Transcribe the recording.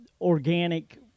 organic